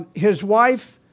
his wife,